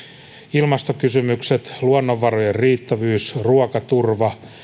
ilmastokysymykset luonnonvarojen riittävyys ruokaturva